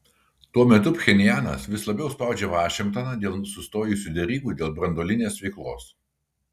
tuo metu pchenjanas vis labiau spaudžia vašingtoną dėl sustojusių derybų dėl branduolinės veiklos